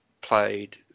played